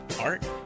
art